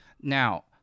Now